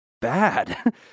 bad